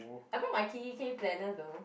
I brought my Kikki-K planner though